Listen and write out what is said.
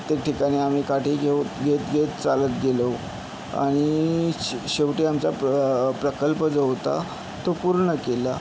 कित्येक ठिकाणी आम्ही काठी घेऊन घेत घेत चालत गेलो आनि शेवटी आमचा प्र प्रकल्प जो होता तो पूर्ण केला